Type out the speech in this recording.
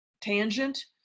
tangent